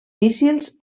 míssils